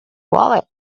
wallet